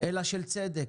אלא של צדק.